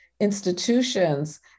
institutions